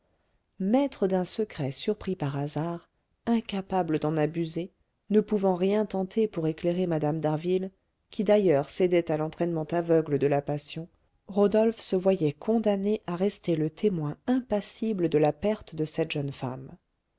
maître d'un secret surpris par hasard incapable d'en abuser ne pouvant rien tenter pour éclairer mme d'harville qui d'ailleurs cédait à l'entraînement aveugle de la passion rodolphe se voyait condamné à rester le témoin impassible de la perte de cette jeune femme